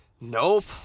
Nope